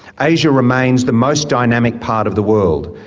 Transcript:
asia remains the most dynamic part of the world,